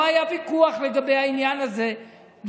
לא היה ויכוח לגבי העניין הזה,